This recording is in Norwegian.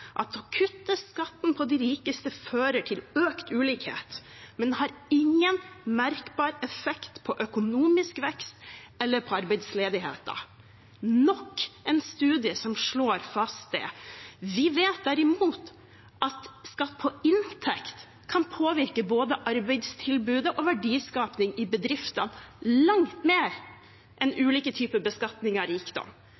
at å kutte skatten for de rikeste fører til økt ulikhet, men har ingen merkbar effekt på økonomisk vekst eller arbeidsledighet. Det er nok en studie som slår fast det. Vi vet derimot at skatt på inntekt kan påvirke både arbeidstilbudet og verdiskapingen i bedrifter langt mer enn